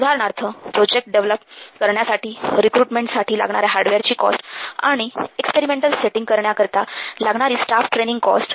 उदाहरणार्थ project develop करण्यासाठी रिकरुटमेन्टसाठी लागणाऱ्या हार्डवेअरची कॉस्ट आणि एक्सपेरिमेंटल सेटिंग करण्याकरिता लागणारी स्टाफ ट्रेनिंग कॉस्ट